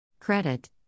Credit